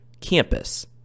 Campus